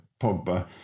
Pogba